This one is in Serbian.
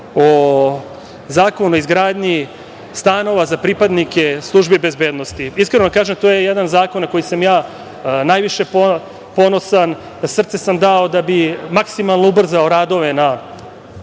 Zakon o izgradnji stanova za pripadnike službi bezbednosti. Iskreno da vam kažem, to je jedan zakon na koji sam ja najviše ponosan. Srce sam dao da bih maksimalno ubrzao radove na